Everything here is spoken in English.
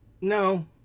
No